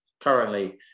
currently